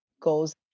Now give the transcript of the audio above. goes